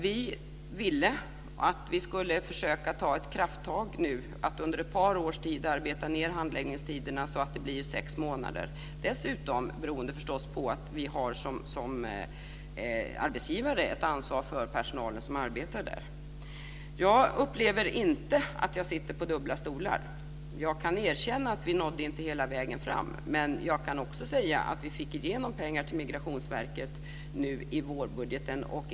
Vi ville att vi skulle ta ett krafttag att under ett par års tid arbeta ned handläggningstiderna så att det blir sex månader, beroende förstås på att vi dessutom som arbetsgivare har ett ansvar för personalen som arbetar där. Jag upplever inte att jag sitter på dubbla stolar. Jag kan erkänna att vi inte nådde hela vägen fram, men jag kan också säga att vi fick ingenom att Migrationsverket får mer pengar i vårbudgeten.